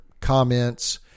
comments